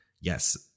yes